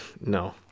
No